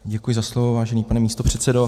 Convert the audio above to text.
Děkuji za slovo, vážený pane místopředsedo.